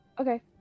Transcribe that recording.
okay